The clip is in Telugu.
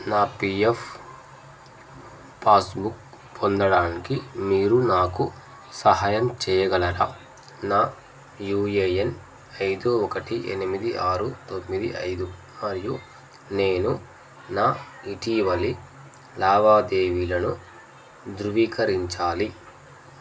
నా పీఎఫ్ పాస్బుక్ పొందడానికి మీరు నాకు సహాయం చేయగలరా నా యూఏఎన్ ఐదు ఒకటి ఎనిమిది ఆరు తొమ్మిది ఐదు మరియు నేను నా ఇటీవలి లావాదేవీలను ధృవీకరించాలి